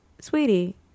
sweetie